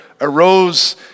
arose